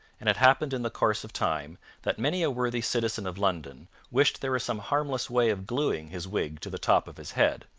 and it happened in the course of time that many a worthy citizen of london wished there were some harmless way of gluing his wig to the top of his head,